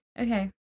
Okay